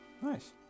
Nice